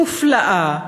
מופלאה,